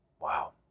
Wow